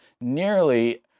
nearly